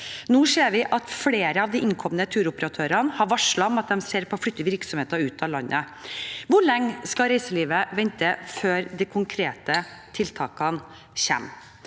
Nå ser vi at flere av de innkomne turoperatørene har varslet at de ser på å flytte virksomheten ut av landet. Hvor lenge skal reiselivet vente før de konkrete tiltakene kommer?